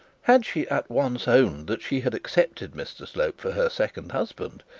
had she at once owned that she had accepted mr slope for her second husband,